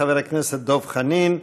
חבר הכנסת דב חנין.